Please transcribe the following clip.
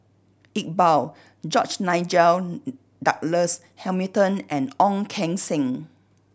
Iqbal George Nigel Douglas Hamilton and Ong Keng Sen